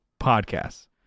podcasts